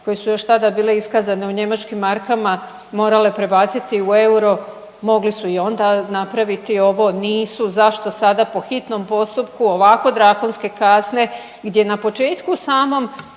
koje su još tada bile iskazane u njemačkim markama morale prebaciti u euro mogli su i onda napraviti ovo, nisu, zašto sada po hitnom postupku ovako drakonske kazne gdje na početku samom